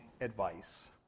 advice